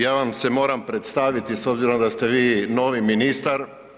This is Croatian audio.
Ja vam se moram predstaviti s obzirom da ste vi novi ministar.